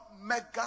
mega